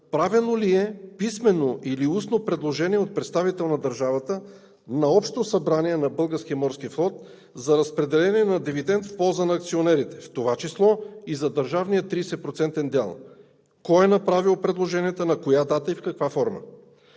правено ли е писмено или устно предложение от представител на държавата на общо събрание на „Български морски флот“ за разпределение на дивиденти в полза на акционерите, в това число и за държавния 30-процентен дял? Кой е направил предложенията, на коя дата и в каква форма?